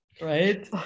right